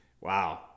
Wow